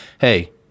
hey